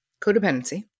codependency